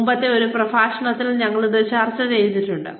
മുമ്പത്തെ ഒരു പ്രഭാഷണത്തിൽ ഞങ്ങൾ ഇത് ചർച്ച ചെയ്തിട്ടുണ്ട്